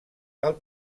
del